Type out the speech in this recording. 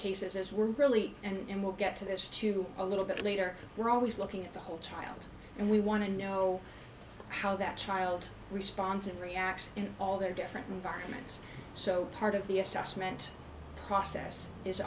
cases as we're really and we'll get to this to a little bit later we're always looking at the whole child and we want to know how that child responds and reacts in all their different environments so part of the assessment process is